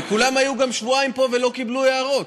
וכולם היו גם שבועיים פה ולא קיבלו הערות.